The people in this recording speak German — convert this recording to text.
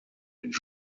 mit